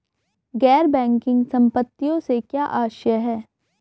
गैर बैंकिंग संपत्तियों से क्या आशय है?